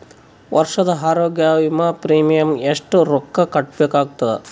ವರ್ಷದ ಆರೋಗ್ಯ ವಿಮಾ ಪ್ರೀಮಿಯಂ ಎಷ್ಟ ರೊಕ್ಕ ಕಟ್ಟಬೇಕಾಗತದ?